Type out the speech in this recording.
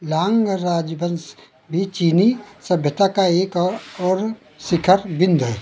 लांग राजवंश भी चीनी सभ्यता का एक और शिखर बिंद है